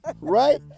Right